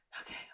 Okay